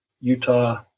Utah